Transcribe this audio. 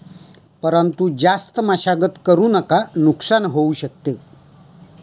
परंतु जास्त मशागत करु नका नुकसान होऊ शकत